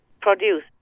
produce